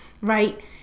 right